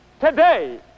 today